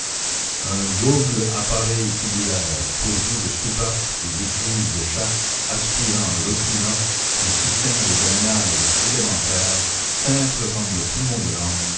un double appareil tubulaire pourvu de soupapes et d'écluses de chasse aspirant et refoulant un système de drainage élémentaire simple comme le poumon de l'homme